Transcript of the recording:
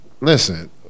listen